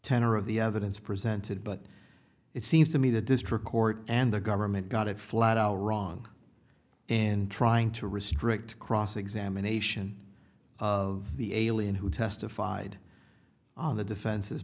tenor of the evidence presented but it seems to me the district court and the government got it flat all wrong in trying to restrict the cross examination of the alien who testified on the defense